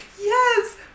Yes